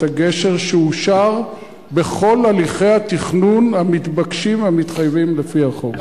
הגשר שאושר בכל הליכי התכנון המתבקשים המתחייבים לפי החוק?